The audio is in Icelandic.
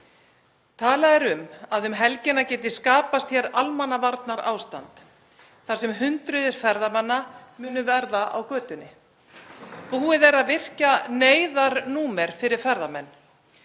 Talað er um að um helgina geti skapast hér almannavarnaástand, þar sem hundruð ferðamanna munu verða á götunni. Búið er að virkja neyðarnúmer fyrir ferðamenn.